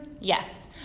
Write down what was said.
Yes